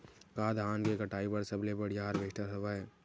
का धान के कटाई बर सबले बढ़िया हारवेस्टर हवय?